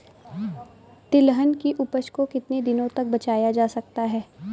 तिलहन की उपज को कितनी दिनों तक बचाया जा सकता है?